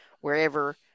wherever